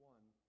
One